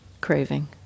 craving